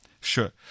Sure